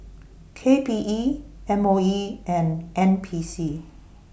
K P E M O E and N P C